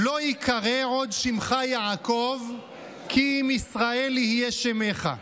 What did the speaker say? "לא יקרא עוד שמך יעקב כי אם ישראל יהיה שמך".